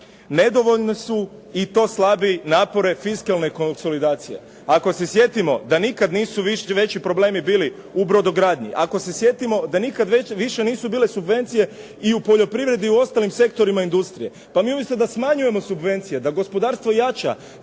nedovoljne su i to slabi napore fiskalne konsolidacije. Ako se sjetimo da nikad nisu veći problemi bili u brodogradnji, ako se sjetimo da nikad više nisu bile subvencije i u poljoprivredi i u ostalim sektorima industrije, pa mi umjesto da smanjujemo subvencije, da gospodarstvo jača,